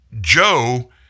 Joe